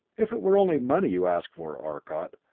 if it were only money you asked for, arcot,